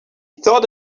thought